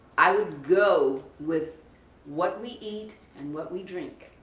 i would go with what we eat and what we drink.